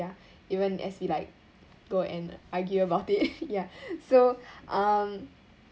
ya even as we like go and argue about it ya so um